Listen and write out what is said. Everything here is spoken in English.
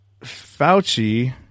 Fauci